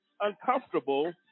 uncomfortable